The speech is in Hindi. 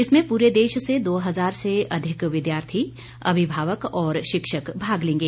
इसमें पूरे देश से दो हजार से अधिक विद्यार्थी अभिभावक और शिक्षक भाग लेंगे